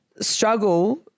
struggle